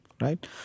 right